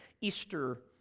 Easter